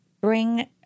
bring